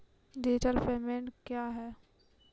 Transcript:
Digital payment क्या हैं?